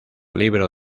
libro